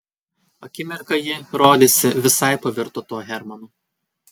akimirką ji rodėsi visai pavirto tuo hermanu